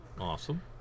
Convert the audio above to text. awesome